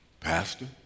Pastor